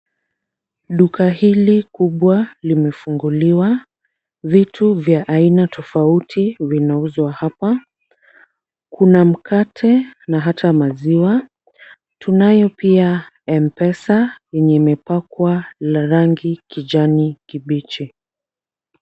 Duka hili kubwa limefunguliwa. Vitu vya aina tofauti vinauzwa hapa. Kuna mkate na hata maziwa. Tunayo pia mpesa yenye imepakwa na rangi kijani kibichi.